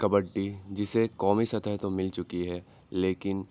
کبڈی جسے قومی سطح تو مل چکی ہے لیکن